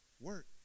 Work